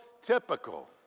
typical